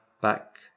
back